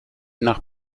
nach